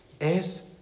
Es